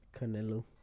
Canelo